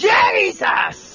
Jesus